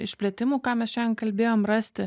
išplėtimų ką mes šiandien kalbėjom rasti